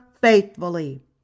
faithfully